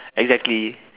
exactly